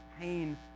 pain